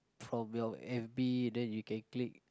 from your F_B then you can click